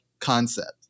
concept